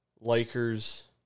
Lakers